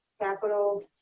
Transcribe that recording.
Capital